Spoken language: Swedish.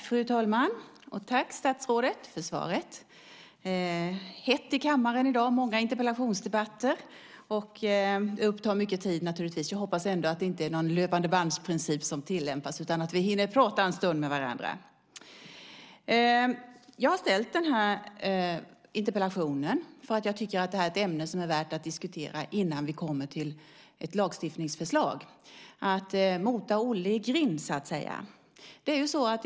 Fru talman! Tack för svaret, statsrådet. Det är hett i kammaren i dag med många interpellationsdebatter. Det tar naturligtvis mycket tid, men jag hoppas ändå att det inte tillämpas någon löpande-band-princip, utan att vi hinner prata en stund med varandra. Jag har ställt interpellationen eftersom jag tycker att det här är ett ämne som är värt att diskutera innan vi kommer till ett lagstiftningsförslag, att så att säga mota Olle i grind.